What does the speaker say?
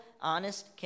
honest